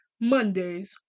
Mondays